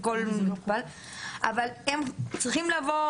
אבל הם צריכים לעבור